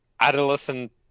adolescent